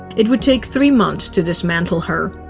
it would take three months to dismantle her.